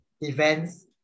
events